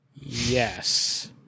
Yes